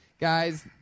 Guys